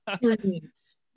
Yes